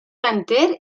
enter